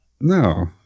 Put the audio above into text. No